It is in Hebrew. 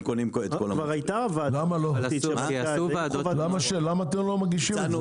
קונים את הכל --- למה אתם לא מגישים את זה?